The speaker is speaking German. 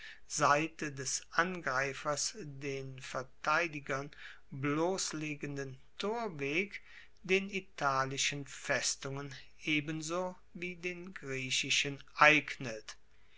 seite des angreifers den verteidigern blosslegenden torweg den italischen festungen ebensowohl wie den griechischen eignet